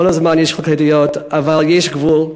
כל הזמן יש חילוקי דעות, אבל יש גבול.